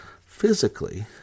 physically